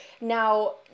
now